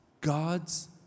God's